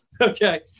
Okay